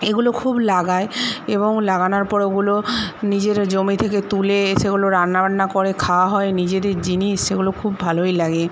এগুলো খুব লাগাই এবং লাগানোর পর ওগুলো নিজের জমি থেকে তুলে এসে ওগুলো রান্নাবান্না করে খাওয়া হয় নিজেদের জিনিস সেগুলো খুব ভালোই লাগে